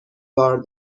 بار